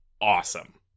awesome